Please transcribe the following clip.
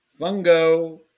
fungo